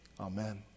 Amen